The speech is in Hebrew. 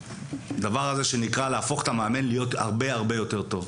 הדבר הזה שנקרא להפוך את המאמן להרבה הרבה יותר טוב.